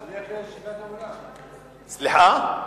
לא,